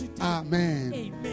Amen